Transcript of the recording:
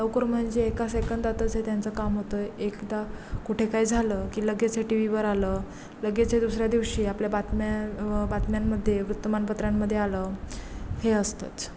लवकर म्हणजे एका सेकंदातच हे त्यांचं काम होतं एकदा कुठे काय झालं की लगेच हे टी व्हीवर आलं लगेच हे दुसऱ्या दिवशी आपल्या बातम्या बातम्यांमध्ये वृत्तमानपत्रांमध्ये आलं हे असतंच